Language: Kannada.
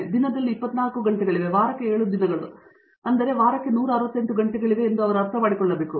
ಒಂದು ದಿನಕ್ಕೆ 24 ಗಂಟೆಗಳಿವೆ ವಾರಕ್ಕೆ 7 ದಿನಗಳು ವಾರಕ್ಕೆ 168 ಗಂಟೆಗಳಿವೆ ಎಂದು ಅವರು ಅರ್ಥ ಮಾಡಿಕೊಳ್ಳಬೇಕು